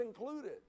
included